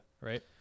Right